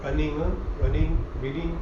the new running really